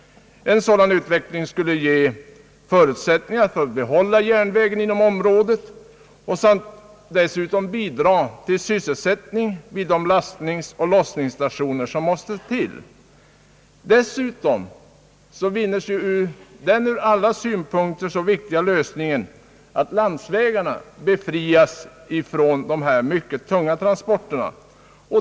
En sådan utveckling skulle också skapa förutsättningar att behålla järnvägen i området och dessutom ge sysselsättning vid de lastningsoch lossningsstationer som måste till. Man vinner även det ur alla synpunkter så viktiga resultatet att landsvägarna befrias från dessa mycket tunga transporter.